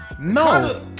no